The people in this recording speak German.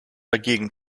dagegen